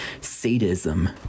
sadism